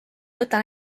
võta